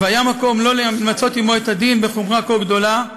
והיה מקום לא למצות עמו את הדין בחומרה כה גדולה,